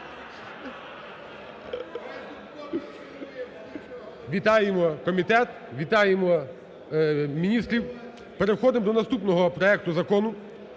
Вітаємо комітет! Вітаємо міністрів! Переходимо до наступного проекту закону